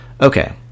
Okay